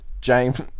James